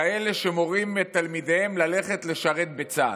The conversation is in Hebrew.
כאלה שמורים לתלמידיהם ללכת לשרת בצה"ל.